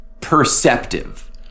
perceptive